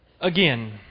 Again